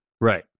Right